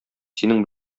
синең